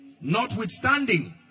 Notwithstanding